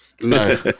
No